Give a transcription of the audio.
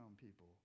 people